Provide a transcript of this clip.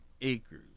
acres